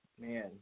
Man